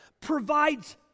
provides